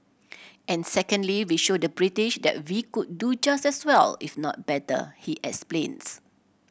and secondly we showed the British that we could do just as well if not better he explains